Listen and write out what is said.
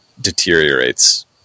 deteriorates